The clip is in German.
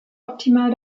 optimal